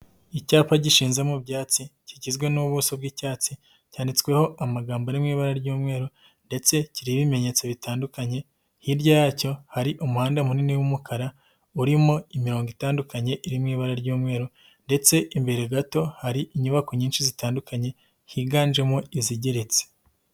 Icyapa gishinzemo ibyatsi kigizwe n'ubuso bw'icyatsi, cyanditsweho amagambo ari mu ibara ry'umweru, ndetse kiriho ibimenyetso bitandukanye, hirya yacyo hari umuhanda munini w'umukara urimo imirongo itandukanye irimo ibara ry'umweru, ndetse imbere gato hari inyubako nyinshi zitandukanye higanjemo izigeretse.